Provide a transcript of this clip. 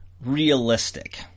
realistic